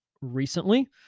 recently